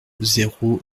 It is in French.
zéro